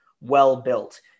well-built